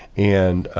and